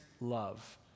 love